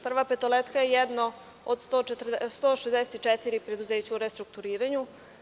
Prva petoletka“ je jedno od 164 preduzeća u restrukturiranju.